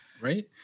Right